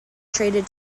traded